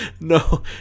No